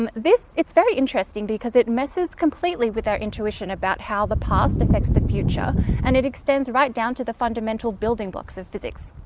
um this, it's very interesting because it messes completely with our intuition about how the past affects the future and it extends right down to the fundamental building blocks of physics.